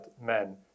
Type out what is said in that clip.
men